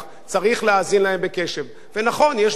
ונכון, יש בעיה עם בכירים שסיימו את תפקידם